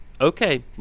okay